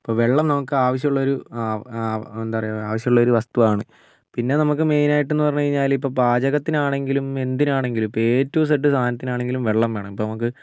അപ്പം വെള്ളം നമുക്ക് ആവശ്യമുള്ളൊരു എന്താ പറയുക ആവശ്യമുള്ളൊരു വസ്തുവാണ് പിന്നെ നമുക്ക് മെയിൻ ആയിട്ട് എന്നു പറഞ്ഞു കഴിഞ്ഞാൽ ഇപ്പോൾ പാചകത്തിനാണെങ്കിലും എന്തിനാണെങ്കിലും ഇപ്പോൾ എ ടു സെഡ് സാധനത്തിന് ആണെങ്കിലും വെള്ളം വേണം ഇപ്പോൾ നമുക്ക്